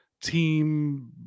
team